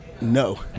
No